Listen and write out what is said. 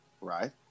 right